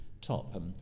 top